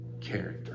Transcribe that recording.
character